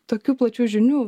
tokių plačių žinių